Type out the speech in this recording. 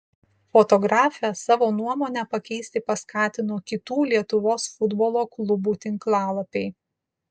fotografę savo nuomonę pakeisti paskatino kitų lietuvos futbolo klubų tinklalapiai